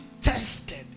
tested